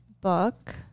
book